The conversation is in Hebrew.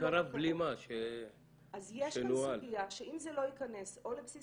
אז יש כאן סוגיה שאם זה לא יכנס או לבסיס